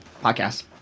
podcast